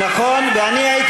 אני היושב-ראש,